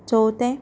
चवथें